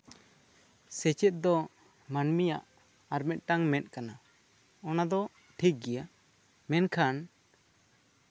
ᱥᱮᱪᱮᱫ ᱫᱚ ᱢᱟᱱᱢᱤᱭᱟᱜ ᱟᱨ ᱢᱤᱫᱴᱟᱝ ᱢᱮᱸᱫ ᱠᱟᱱᱟ ᱚᱱᱟ ᱫᱚ ᱴᱷᱤᱠᱜᱮᱭᱟ ᱢᱮᱱᱠᱷᱟᱱ